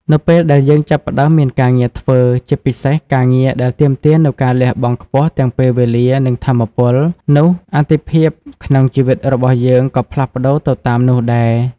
នៅពេលដែលយើងចាប់ផ្តើមមានការងារធ្វើ ជាពិសេសការងារដែលទាមទារនូវការលះបង់ខ្ពស់ទាំងពេលវេលា និងថាមពល នោះអាទិភាពក្នុងជីវិតរបស់យើងក៏ផ្លាស់ប្តូរទៅតាមនោះដែរ។